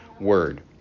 word